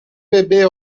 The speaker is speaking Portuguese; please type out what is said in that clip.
bebê